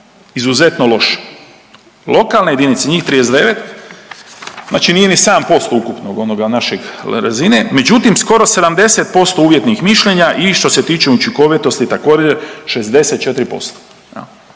izuzetno loše. Lokalne jedinice njih 39, znači nije ni 7% ukupnog onoga našeg razine, međutim skoro 70% uvjetnih mišljenja i što se tiče učinkovitosti također 64%.